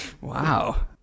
wow